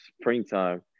springtime